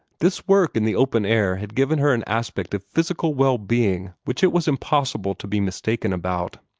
this work in the open air had given her an aspect of physical well-being which it was impossible to be mistaken about.